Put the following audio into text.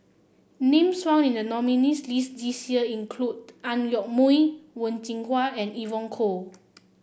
names found in the nominees' list this year include Ang Yoke Mooi Wen Jinhua and Evon Kow